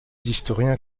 historiens